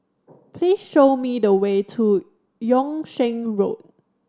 please show me the way to Yung Sheng Road